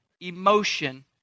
emotion